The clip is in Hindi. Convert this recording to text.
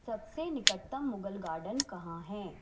सबसे निकटतम मुगल गार्डन कहाँ है